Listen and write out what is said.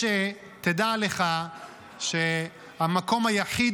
שתדע לך שהמקום היחיד,